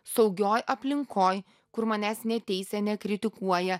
saugioj aplinkoj kur manęs neteisia nekritikuoja